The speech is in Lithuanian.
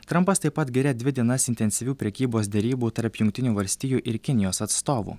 trampas taip pat giria dvi dienas intensyvių prekybos derybų tarp jungtinių valstijų ir kinijos atstovų